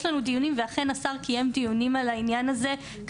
דיונים ואכן השר קיים דיונים על העניין הזה.